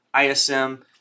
ISM